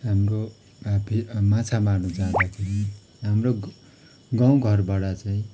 हाम्रो मापी माछा मार्नु जादाँखेरि हाम्रो ग गाउँ घरबाट चाहिँ